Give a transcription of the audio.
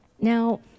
Now